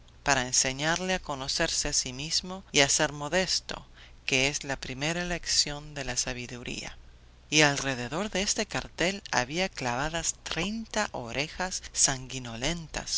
para enseñarle a conocerse a sí mismo y a ser modesto que es la primera lección de la sabiduría y alrededor de este cartel había clavadas treinta orejas sanguinolentas